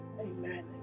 Amen